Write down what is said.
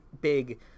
big